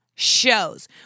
shows